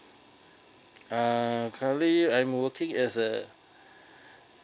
uh currently I'm working as a